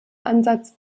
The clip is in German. ansatz